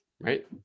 Right